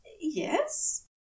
Yes